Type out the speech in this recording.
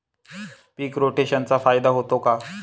पीक रोटेशनचा फायदा होतो का?